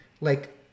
like-